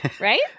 right